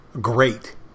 great